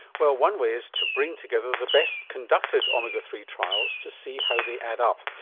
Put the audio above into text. well one way is to bring together the best conducted omega three trials to see how they add up.